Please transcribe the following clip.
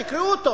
תקראו אותו.